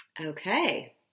Okay